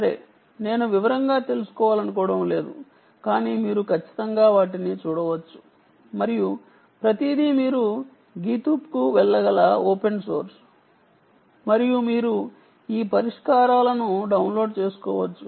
సరే నేను వివరంగా తెలుసుకోవాలనుకోవడం లేదు కానీ మీరు ఖచ్చితంగా వాటిని చూడవచ్చు మరియు ప్రతిదీ ఓపెన్ సోర్స్ మీరు గిటబ్ కు వెళ్ళి మరియు మీరు ఈ పరిష్కారాలను డౌన్లోడ్ చేసుకోవచ్చు